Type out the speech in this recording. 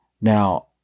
Now